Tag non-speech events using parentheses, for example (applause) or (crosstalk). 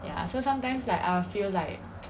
ya so sometimes like I will feel like (noise)